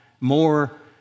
more